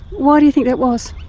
why do you think that was?